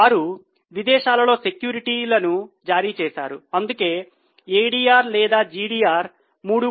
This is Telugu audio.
వారు విదేశాలలో సెక్యూరిటీలను జారీ చేశారు అందుకే ఎడిఆర్ లేదా జిడిఆర్ 3